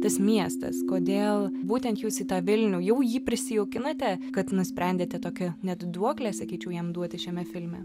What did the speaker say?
tas miestas kodėl būtent jūs į tą vilnių jau jį prisijaukinote kad nusprendėte tokią net duoklę sakyčiau jam duoti šiame filme